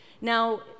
Now